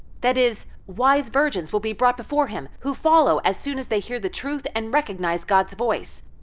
that is, wise virgins will be brought before him who follow as soon as they hear the truth and recognize god's voice.